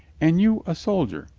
and you a soldier!